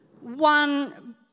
one